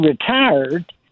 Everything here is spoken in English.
retired